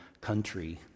country